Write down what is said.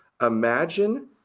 imagine